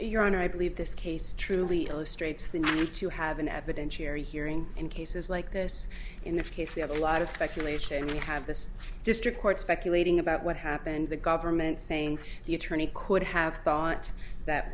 your honor i believe this case truly illustrates the need to have an avid and share hearing in cases like this in this case we have a lot of speculation you have the district court speculating about what happened the government saying the attorney could have thought that